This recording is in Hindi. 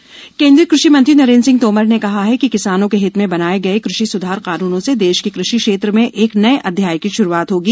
तोमर खला पत्र केन्द्रीय कृषि मंत्री नरेंद्र सिंह तोमर ने कहा है कि किसानों के हित में बनाये गए कृषि स्धार कानूनों से देश के कृषि क्षेत्र में एक नए अध्याय की श्रूआत होगी